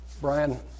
Brian